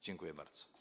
Dziękuję bardzo.